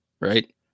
right